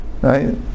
right